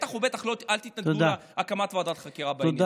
ובטח ובטח אל תתנגדו להקמת ועדת חקירה בעניין.